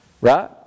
Right